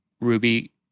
Ruby